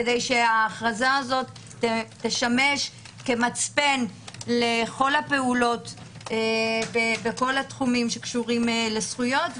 כדי שההכרזה הזאת תשמש כמצפן לכל הפעולות בכל התחומים שקשורים לזכויות,